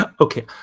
Okay